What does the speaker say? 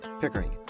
Pickering